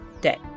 day